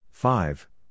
Five